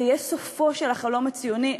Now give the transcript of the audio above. זה יהיה סופו של החלום הציוני,